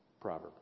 proverb